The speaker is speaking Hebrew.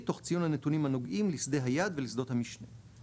תוך ציון הנתונים הנוגעים לשדה היעד ולשדות המשנה;